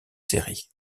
série